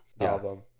album